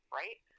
right